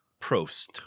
Prost